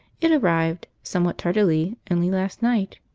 it arrived, somewhat tardily, only last night,